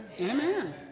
Amen